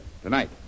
tonight